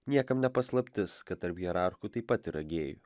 niekam ne paslaptis kad tarp hierarchų taip pat yra gėjų